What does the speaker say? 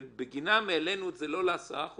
ובגינם העלינו את זה לא ל-10%,